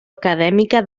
acadèmica